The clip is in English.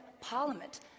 parliament